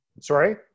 Sorry